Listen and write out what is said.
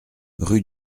rue